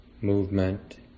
movement